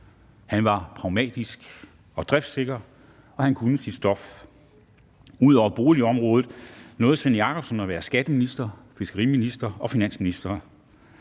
Han var pragmatisk og driftssikker, og han kunne sit stof. Ud over boligminister nåede Svend Jakobsen at være skatteminister, fiskeriminister og finansminister.